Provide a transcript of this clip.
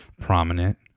prominent